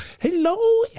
Hello